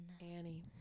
Annie